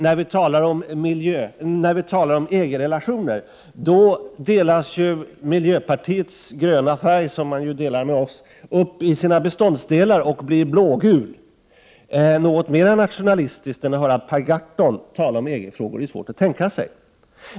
När vi talar om EG-relationer delar sig miljöpartiets gröna färg, som partiet ju delar med oss, upp i sina beståndsdelar och blir blågul. Någonting mera nationalistiskt än att höra Per Gahrton tala om EG-frågan är det svårt att tänka sig.